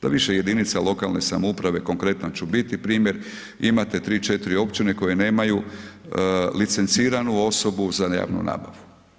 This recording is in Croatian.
Da više jedinice lokalne samouprave, konkretno ću biti, primjer, imate 3-4 općine koje nemaju licenciranu osobu za javnu nabavu.